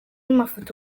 mafoto